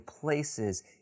places